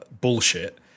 bullshit